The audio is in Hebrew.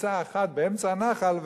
עקיצה אחת באמצע הנחל,